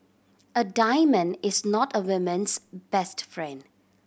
a diamond is not a woman's best friend